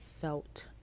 felt